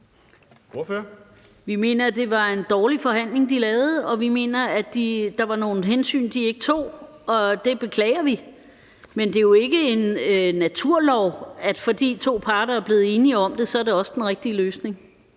Vi mener, det var en dårlig forhandling, de lavede, og vi mener, at der var nogle hensyn, de ikke tog, og det beklager vi. Men det er jo ikke en naturlov, at fordi to parter er blevet enige om det, er det også den rigtige løsning.